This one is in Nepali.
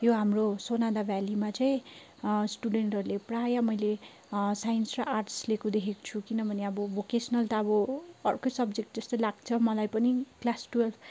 यो हाम्रो सोनादा भ्यालीमा चाहिँ स्टुडेन्टहरूले प्रायः मैले साइन्स र आर्ट्स लिएको देखेको छु किनभने अब भोकेसनल त अब अर्कै सब्जेक्ट जस्तै लाग्छ मलाई पनि क्लास ट्वेल्भ